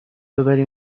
ببری